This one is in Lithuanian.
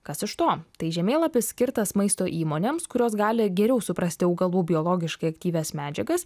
kas iš to tai žemėlapis skirtas maisto įmonėms kurios gali geriau suprasti augalų biologiškai aktyvias medžiagas